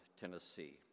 Tennessee